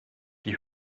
die